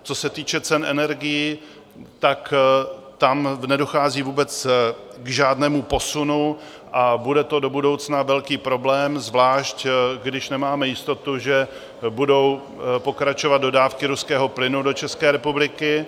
Co se týče cen energií, tam nedochází vůbec k žádnému posunu a bude to do budoucna velký problém, zvlášť když nemáme jistotu, že budou pokračovat dodávky ruského plynu do České republiky.